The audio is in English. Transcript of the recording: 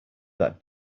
that